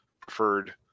preferred